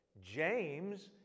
James